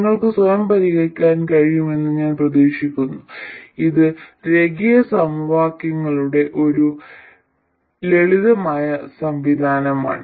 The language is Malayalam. നിങ്ങൾക്ക് സ്വയം പരിഹരിക്കാൻ കഴിയുമെന്ന് ഞാൻ പ്രതീക്ഷിക്കുന്നു ഇത് രേഖീയ സമവാക്യങ്ങളുടെ ഒരു ലളിതമായ സംവിധാനമാണ്